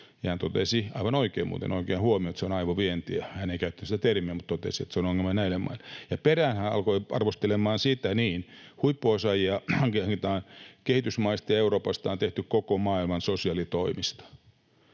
hän totesi, aivan oikean huomion muuten, että se on aivovientiä. Hän ei käyttänyt sitä termiä mutta totesi, että se on ongelma näille maille. Ja perään hän alkoi arvostelemaan sitä, että huippuosaajia hankitaan kehitysmaista ja Euroopasta on tehty koko maailman sosiaalitoimisto.